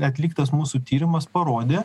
atliktas mūsų tyrimas parodė